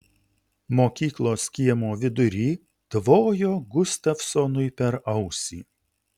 mokyklos kiemo vidury tvojo gustavsonui per ausį